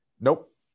nope